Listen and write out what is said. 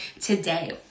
today